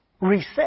Reset